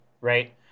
right